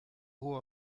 hoher